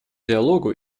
диалогу